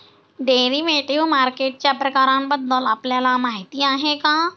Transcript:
Derivative मार्केटच्या प्रकारांबद्दल आपल्याला माहिती आहे का?